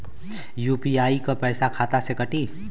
UPI क पैसा खाता से कटी?